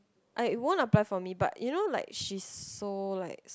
I it won't apply for me but you know like she's so like